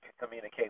communicate